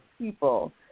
people